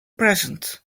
present